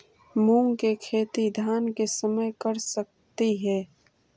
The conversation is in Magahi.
मुंग के खेती धान के समय कर सकती हे?